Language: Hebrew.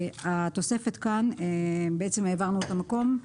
התוספת כאן, העברנו אותה מקום.